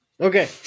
Okay